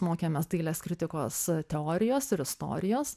mokėmės dailės kritikos teorijos ir istorijos